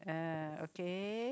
uh okay